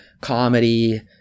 comedy